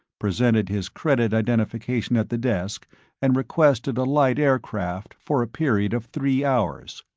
presented his credit identification at the desk and requested a light aircraft for a period of three hours.